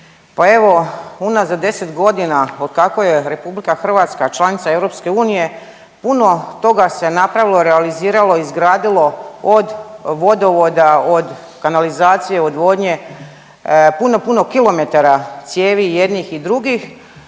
Pa evo unazad deset godina od kako je Republika Hrvatska članica EU puno toga se napravilo, realiziralo, izgradilo od vodovoda, od kanalizacije, odvodnje, puno puno kilometara cijevi jednih i drugih